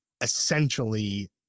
essentially